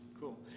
Cool